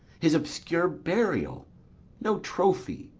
his obscure burial no trophy,